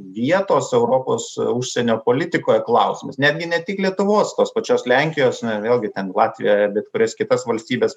vietos europos užsienio politikoje klausimus netgi ne tik lietuvos tos pačios lenkijos na ir vėlgi ten latvija bet kurias kitas valstybes